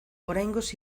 oraingoz